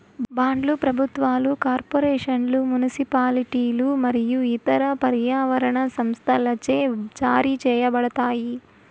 బాండ్లు ప్రభుత్వాలు, కార్పొరేషన్లు, మునిసిపాలిటీలు మరియు ఇతర పర్యావరణ సంస్థలచే జారీ చేయబడతాయి